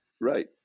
Right